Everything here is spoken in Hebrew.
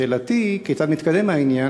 שאלתי היא: כיצד מתקדם העניין?